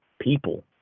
people